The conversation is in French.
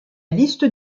liste